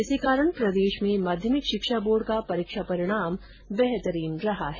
इसी कारण प्रदेश में माध्यमिक शिक्षा बोर्ड का परीक्षा परिणाम बेहतरीन रहा है